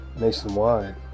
nationwide